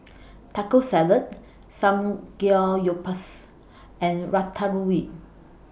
Taco Salad Samgeyopsal and Ratatouille